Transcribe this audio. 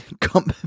come